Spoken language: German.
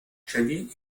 jenny